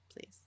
please